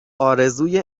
آرزوی